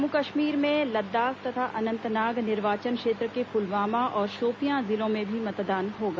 जम्मू कश्मीर में लद्दाख तथा अंनतनाग निर्वाचन क्षेत्र के पुलवामा और शोपियां जिलों में भी मतदान होगा